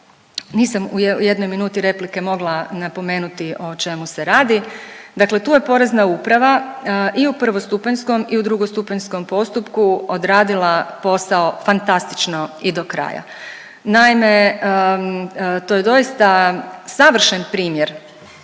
nisam u jednoj minuti replike mogla napomenuti o čemu se radi. Dakle, tu je Porezna uprava i u prvostupanjskom i u drugostupanjskom postupku odradila posao fantastično i do kraja. Naime, to je doista savršen primjer